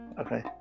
Okay